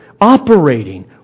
operating